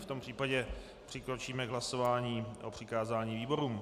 V tom případě přikročíme k hlasování o přikázání výborům.